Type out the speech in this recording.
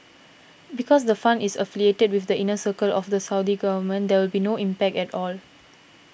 because the fund is affiliated with the inner circle of the Saudi government there will be no impact at all